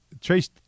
Trace